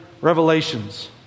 revelations